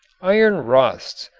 iron rusts,